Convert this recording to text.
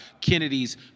Kennedy's